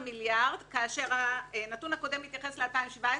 במזומן, אני לא יכול להפקיד אותם בבנק.